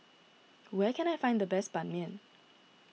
where can I find the best Ban Mian